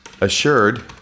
assured